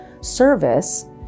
service